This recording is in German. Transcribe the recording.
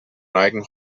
neigen